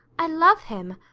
i love him.